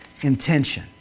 intention